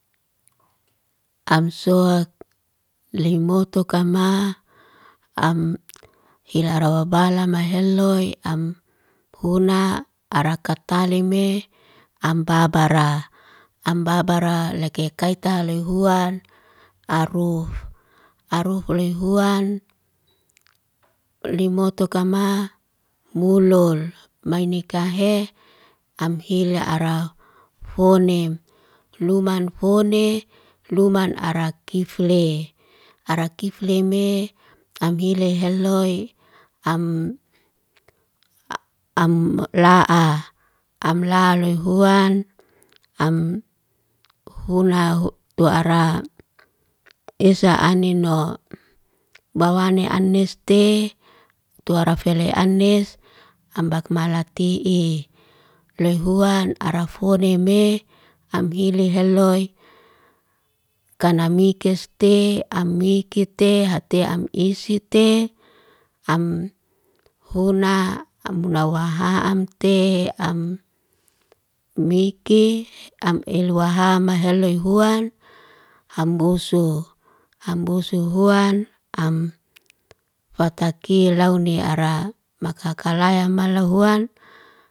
Am sowak limoto kama, am hilaro wabalama heloy. Am huna araka taleme ambabara. Ambabara leke keita lehuan aruf. Aruf lehuan liomotokama mulol mainekahe am hilya arau fonem. Luman fone luman ara kifley. Ara kifley me am hile heloy, am am la'a am la loy huan, am huna ho tua ara. esa anen no bawane aneste tuarafele anes ambak malati'i. Loy huan ara fone me am hili heloy, kanamikeste amikite hate am isite, ham huna am munawa haamte, am mike am elowaham heloy huan hambusu. Hambusu huan am fatakilaune ara makakalaiya malahuan.